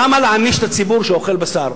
למה להעניש את הציבור שאוכל בשר?